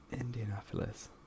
Indianapolis